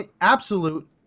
absolute